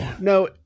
No